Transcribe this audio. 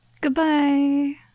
Goodbye